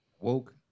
woke